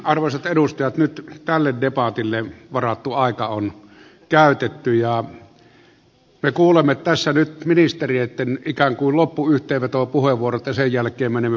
arvoisat edustajat nyt tälle debatille varattu aika on käytetty ja me kuulemme tässä ministereitten ikään kuin loppuyhteenvetopuheenvuorot ja sen jälkeen menemme puhujalistaan